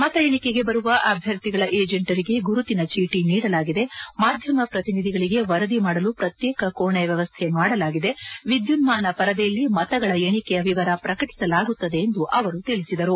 ಮತ ಎಣಿಕೆಗೆ ಬರುವ ಅಭ್ಯರ್ಥಿಗಳ ಏಜೆಂಟರಿಗೆ ಗುರುತಿನಿ ಚೀಟಿ ನೀಡಲಾಗಿದೆ ಮಾಧ್ಯಮ ಪ್ರತಿನಿಧಿಗಳಿಗೆ ವರದಿ ಮಾಡಲು ಪ್ರತ್ಯೇಕ ಕೋಣೆ ವ್ಯವಸ್ದೆ ಮಾಡಲಾಗಿದೆ ವಿದ್ಯುನ್ಮಾನ ಪರದೆಯಲ್ಲಿ ಮತಗಳ ಎಣಿಕೆಯ ವಿವರ ಪ್ರಕಟಿಸಲಾಗುತ್ತದೆ ಎಂದು ಅವರು ತಿಳಿಸಿದರು